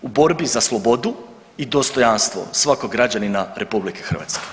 U borbi za slobodu i dostojanstvo svakog građanina RH.